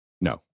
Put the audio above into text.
No